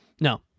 No